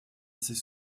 ses